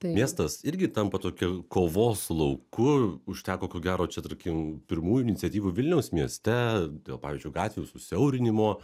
miestas irgi tampa tokiu kovos lauku užteko ko gero čia tarkim pirmųjų iniciatyvų vilniaus mieste dėl pavyzdžiui gatvių susiaurinimo